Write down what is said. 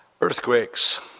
Earthquakes